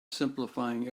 simplifying